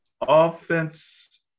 Offense